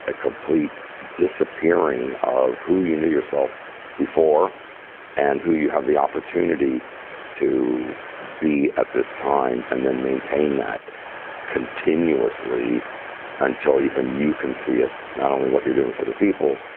ah complete disappearing of who you knew yourself before and who you have the opportunity to be at this time, and then maintain that continuously until even you can see it, not only what you're doing with other people,